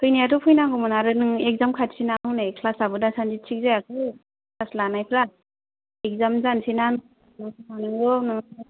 फैनायाथ' फैनांगौमोन आरो नों एक्जाम खाथिना हनै क्लासाबो दासान्दि थिख जायाखै क्लास लानायफ्रा एक्जाम जानोसैना